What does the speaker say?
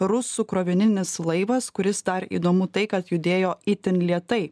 rusų krovininis laivas kuris dar įdomu tai kad judėjo itin lėtai